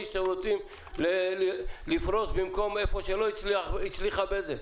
ואתם רוצים לפרוס במקום שלא הצליחה בזק.